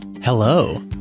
Hello